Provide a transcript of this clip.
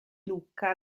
lucca